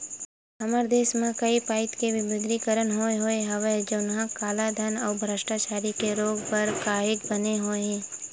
हमर देस म कइ पइत के विमुद्रीकरन होय होय हवय जउनहा कालाधन अउ भस्टाचारी के रोक बर काहेक बने होय हे